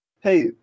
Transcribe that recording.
hey